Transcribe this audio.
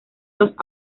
los